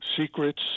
secrets